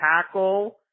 tackle